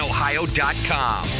Ohio.com